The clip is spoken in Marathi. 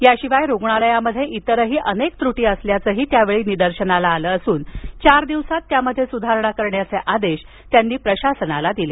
याशिवाय रुग्णालयात इतरही अनेक त्रुटी असल्याचं यावेळी त्यांच्या निदर्शनाला आलं असून चार दिवसांत त्यात सुधारणा करण्याचे आदेश त्यांनी प्रशासनाला दिले